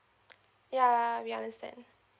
ya we understand